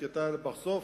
כי בסוף,